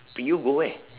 pre U go where